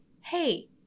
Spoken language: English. hey